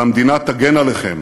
והמדינה תגן עליכם